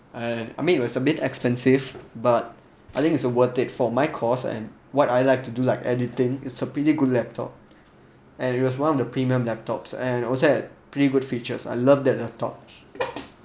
and I mean it was a bit expensive but I think it's a worth it for my course and what I like to do like editing is a pretty good laptop and it was one of the premium laptops and also had pretty good features I love that laptop